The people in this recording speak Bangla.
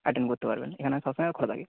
অ্যাটেন্ড করতে পারবেন এখানে সবসময় খোলা থাকে